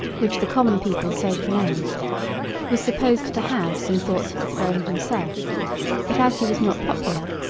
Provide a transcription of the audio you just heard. which the common people so pronounced was supposed to have some thoughts of the throne himself but, as he was not popular,